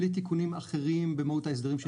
בלי תיקונים אחרים במהות ההסדרים.